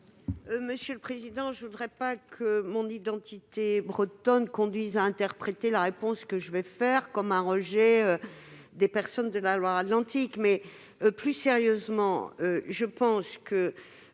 commission ? Je ne voudrais pas que mon identité bretonne conduise à interpréter la réponse que je vais faire comme un rejet des habitants de la Loire-Atlantique. Plus sérieusement, ces amendements